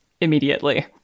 Immediately